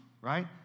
right